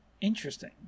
Interesting